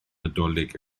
nadolig